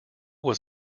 was